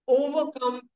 overcome